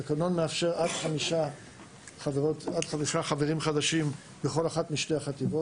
התקנון מאפשר עד 5 חברים חדשים בכל אחת משתי החטיבות.